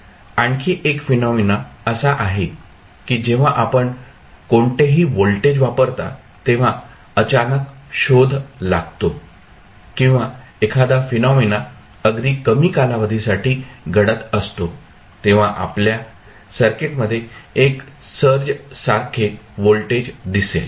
आणखी एक फेनॉमेना असा आहे की जेव्हा आपण कोणतेही व्होल्टेज वापरता तेव्हा अचानक शोध लागतो किंवा एखादा फेनॉमेना अगदी कमी कालावधीसाठी घडत असतो तेव्हा आपल्या सर्किटमध्ये एक सर्ज सारखे व्होल्टेज दिसेल